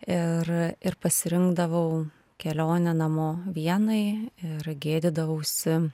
ir ir pasirinkdavau kelionę namo vienai ir gėdydavausi